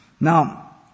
Now